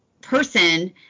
person